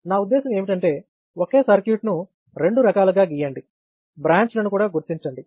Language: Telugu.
నా ఉద్దేశ్యం ఏమిటంటే ఒకే సర్క్యూట్ను రెండు రకాలుగా గీయండి బ్రాంచ్ లను కూడా గుర్తించండి